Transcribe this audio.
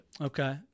okay